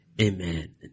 Amen